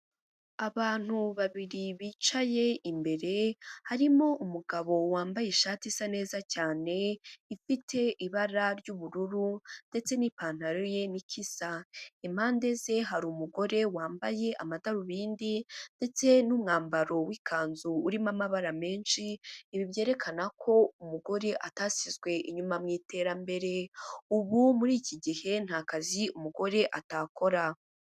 Abantu babiri bicaye imbere, harimo umugabo wambaye ishati isa neza cyane, ifite ibara ry'ubururu ndetse n'ipantaro ye niko isa. Impande ze hari umugore wambaye amadarubindi, ndetse n'umwambaro w'ikanzu urimo amabara menshi. Ibi byerekana ko umugore atasizwe inyuma mu iterambere. Ubu muri iki gihe nta kazi umugore atakora.